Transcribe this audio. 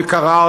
וקרא,